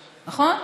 נכון?